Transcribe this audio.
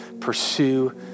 pursue